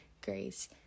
grace